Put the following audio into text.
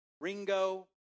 Ringo